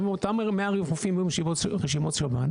אותם 100 רופאים יהיו רשימות שב"ן,